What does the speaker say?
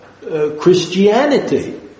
Christianity